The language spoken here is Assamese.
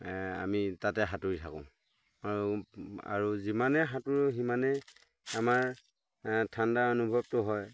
আমি তাতে সাঁতোৰি থাকোঁ আৰু আৰু যিমানেই সাঁতোৰো সিমানেই আমাৰ ঠাণ্ডা অনুভৱটো হয়